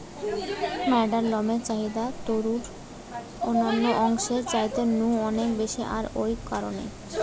ম্যাড়ার লমের চাহিদা তারুর অন্যান্য অংশের চাইতে নু অনেক বেশি আর ঔ কারণেই